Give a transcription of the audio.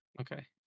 Okay